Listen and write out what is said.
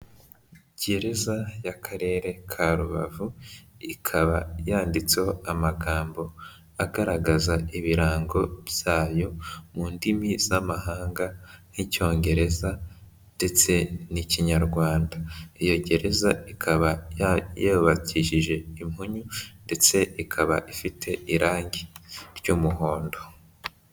Gereza y'Akarere ka Rubavu, ikaba yanditseho amagambo agaragaza ibirango byayo, mu ndimi z'amahanga nk'Icyongereza ndetse n'Ikinyarwanda, iyo gereza ikaba yubakishije impunyu ndetse ikaba ifite irange ry'umuhondo.